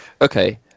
Okay